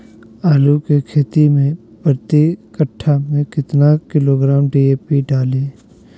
आलू की खेती मे प्रति कट्ठा में कितना किलोग्राम डी.ए.पी डाले?